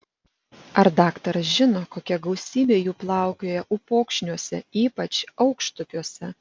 ar daktaras žino kokia gausybė jų plaukioja upokšniuose ypač aukštupiuose